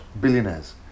billionaires